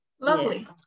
lovely